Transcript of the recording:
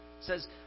says